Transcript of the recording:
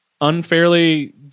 unfairly